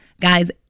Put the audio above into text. Guys